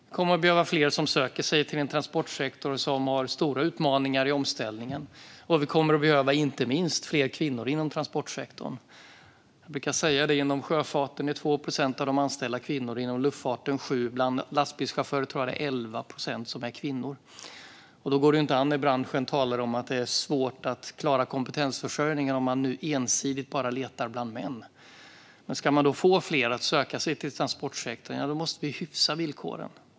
Vi kommer att behöva fler som söker sig till en transportsektor som har stora utmaningar i omställningen, och vi kommer inte minst att behöva fler kvinnor inom transportsektorn. Jag brukar säga att 2 procent av de anställda inom sjöfarten är kvinnor och att det är 7 procent inom luftfarten. Bland lastbilschaufförer tror jag att det är 11 procent som är kvinnor. Det går inte an att branschen talar om att det är svårt att klara kompetensförsörjningen om man ensidigt letar bland män. Ska vi få fler att söka sig transportsektorn måste vi hyfsa villkoren.